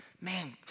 man